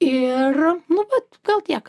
ir nu vat gal kiek